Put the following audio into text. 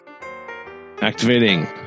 Activating